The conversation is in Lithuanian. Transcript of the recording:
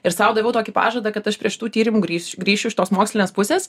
ir sau daviau tokį pažadą kad aš prie šitų tyrimų grįš grįšiu iš tos mokslinės pusės